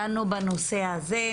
דנו בנושא הזה.